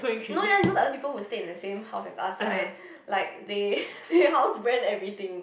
no you know the other people who stay in the same house as us right like they pay house rent everything